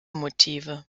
motive